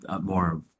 more